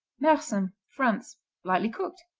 mersem france lightly cooked.